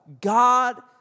God